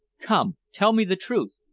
come, tell me the truth.